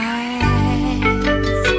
eyes